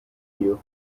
you